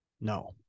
no